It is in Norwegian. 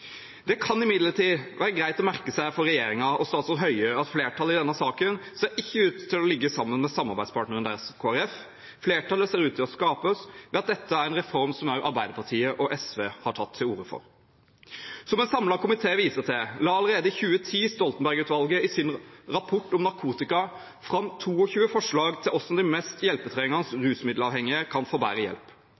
Det kan imidlertid være greit å merke seg for regjeringen og statsråd Høie at flertallet i denne saken ikke ser ut til å ligge sammen med samarbeidspartneren deres, Kristelig Folkeparti. Flertallet ser ut til å skapes ved at dette er en reform som også Arbeiderpartiet og SV har tatt til orde for. Som en samlet komité viser til, la allerede i 2010 Stoltenberg-utvalget i sin «Rapport om narkotika» fram 22 forslag til hvordan de mest hjelpetrengende rusmiddelavhengige kan få bedre hjelp.